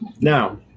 Now